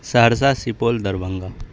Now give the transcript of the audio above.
Saharsa Supaul Darbhanga